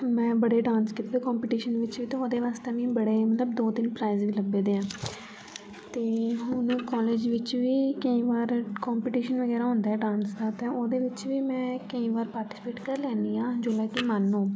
में बड़े डांस कित्ते कम्पिटिशन च कित्ता ओह्दे वास्तै बी बड़े मतलब की दो तिन्न प्राइज बी लब्भे दे ते हुन कालेज बिच बी केई बार कम्पिटिशन जेह्ड़ा होंदा ऐ डांस दा ते औह्दे बिच बी में केई बार पार्टिसिपेट करी लैन्नी आं जोल्लै की मन होंग होवे